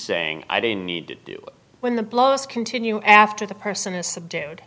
saying i don't need to do when the blows continue after the person is subdued